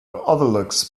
overlooks